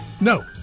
No